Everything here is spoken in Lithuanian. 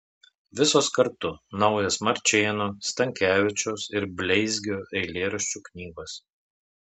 visos kartu naujos marčėno stankevičiaus ir bleizgio eilėraščių knygos